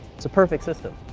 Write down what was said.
it's a perfect system.